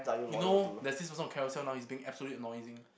you know there's this person on Carousell now he's being absolutely annoying